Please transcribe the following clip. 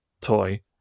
toy